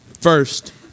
First